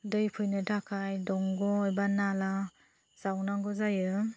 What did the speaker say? दै फैनो थाखाय दंग' एबा नाला जावनांगौ जायो